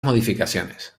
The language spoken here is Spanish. modificaciones